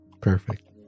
Perfect